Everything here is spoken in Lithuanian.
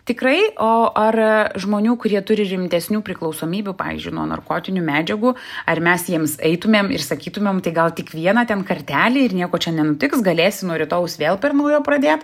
tikrai o ar žmonių kurie turi rimtesnių priklausomybių pavyzdžiui nuo narkotinių medžiagų ar mes jiems eitumėm ir sakytumėm tai gal tik vieną ten kartelį ir nieko čia nenutiks galėsi nuo rytojaus vėl per naujo pradėt